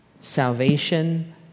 Salvation